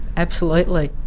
absolutely.